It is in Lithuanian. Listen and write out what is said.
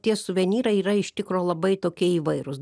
tie suvenyrai yra iš tikro labai tokie įvairūs